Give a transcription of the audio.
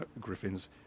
griffins